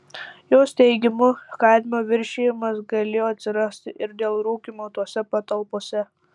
jos teigimu kadmio viršijimas galėjo atsirasti ir dėl rūkymo tose patalpose